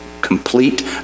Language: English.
complete